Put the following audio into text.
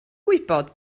gwybod